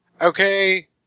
Okay